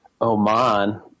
Oman